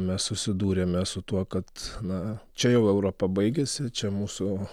mes susidūrėme su tuo kad na čia jau europa baigėsi čia mūsų